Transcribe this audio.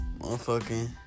motherfucking